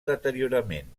deteriorament